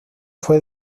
fue